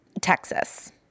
Texas